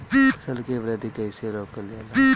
फसल के वृद्धि कइसे रोकल जाला?